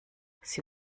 sie